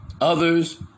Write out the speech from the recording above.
Others